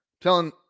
telling